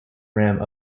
rim